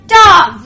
dog